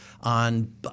on